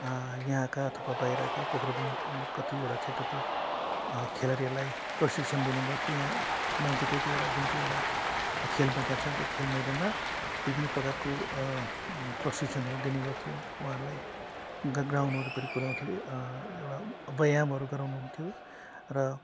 यहाँका थुप्पा बाहिरका पोख्रेबुङ कतिवटा क्षेत्रको खेलाडीहरूलाई प्रशिक्षण दिनेगर्थ्यो यहाँ नजिकैको एउटा जुन चाहिँ एउटा खेल मैदान छ त्यो खेल मैदानमा विभिन्न प्रकारको प्रशिक्षणहरू दिनेगर्थ्यो उहाँहरूलाई ग ग्राउन्ड वरिपरि कुदाउँथ्यो एउटा व्ययामहरू गराउनु हुन्थ्यो र